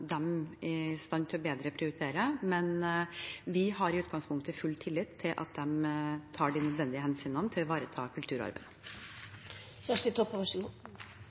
dem bedre i stand til å prioritere. Men vi har i utgangspunktet full tillit til at de tar de nødvendige hensyn til å ivareta kulturarven.